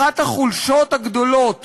אחת החולשות הגדולות